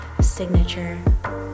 signature